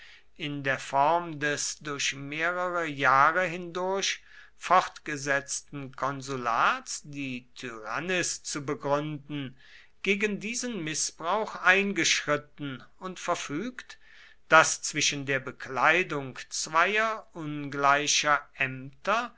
in der form des durch mehrere jahre hindurch fortgesetzten konsulats die tyrannis zu begründen gegen diesen mißbrauch eingeschritten und verfügt daß zwischen der bekleidung zweier ungleicher ämter